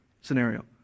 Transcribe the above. scenario